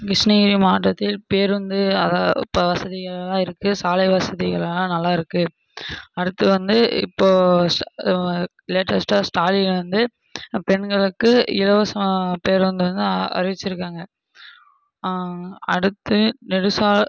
கிருஷ்ணகிரி மாவட்டத்தில் பேருந்து அதா இப்போ வசதிகள்லாம் இருக்குது சாலை வசதிகள் எல்லாம் நல்லா இருக்குது அடுத்து வந்து இப்போது லேட்டஸ்ட்டாக ஸ்டாலின் வந்து பெண்களுக்கு இலவசமாக பேருந்து வந்து அறிவித்திருக்காங்க அடுத்து நெடுசா